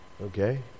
Okay